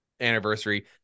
anniversary